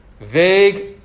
vague